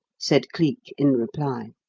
said cleek, in reply.